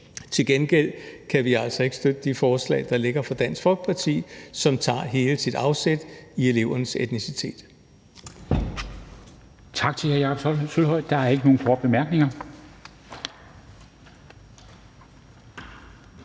Til gengæld kan vi altså ikke støtte det forslag, der ligger fra Dansk Folkeparti, som tager hele sit afsæt i elevernes etnicitet.